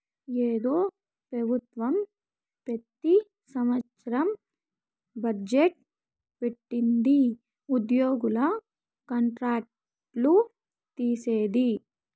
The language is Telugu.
ఏందో పెబుత్వం పెతి సంవత్సరం బజ్జెట్ పెట్టిది ఉద్యోగుల కాంట్రాక్ట్ లు తీసేది